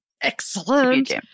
Excellent